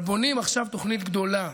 אבל בונים עכשיו תוכנית גדולה,